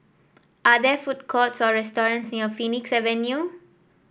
are there food courts or restaurants near Phoenix Avenue